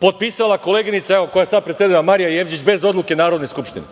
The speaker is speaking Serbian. potpisala koleginica, evo, koja sad predsedava, Marija Jevđić, bez odluke Narodne skupštine